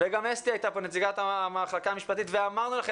וגם נציגת המחלקה המשפטית הייתה ואמרנו לכם